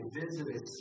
visited